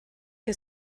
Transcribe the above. que